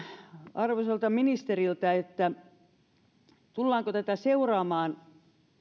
arvoisalta ministeriltä tullaanko tätä seuraamaan että